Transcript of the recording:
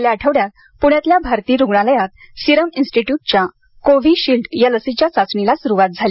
गेल्या आठवड्यात पूण्यातल्या भारती रुग्णालयात सीरम इन्स्टिट्यूटच्या कोव्हीशिल्ड या लसीच्या चाचणीला सुरुवात झाली